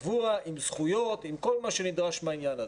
קבוע, עם זכויות, עם כל מה שנלווה לעניין הזה.